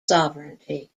sovereignty